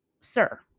Sir